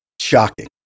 shocking